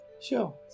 Sure